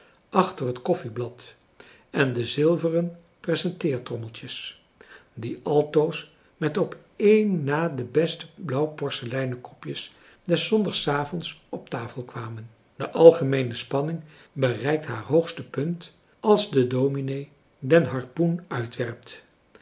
achter het koffieblad en de zilveren presenteertrommeltjes die altoos met op één na de beste blauwporseleinen kopjes des zondagsavonds op tafel kwamen de algemeene spanning bereikt haar hoogste punt als de dominee den harpoen